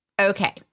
Okay